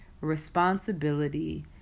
responsibility